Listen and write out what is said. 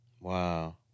Wow